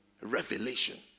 revelation